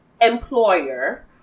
employer